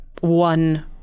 one